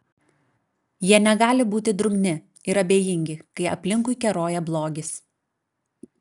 jie negali būti drungni ir abejingi kai aplinkui keroja blogis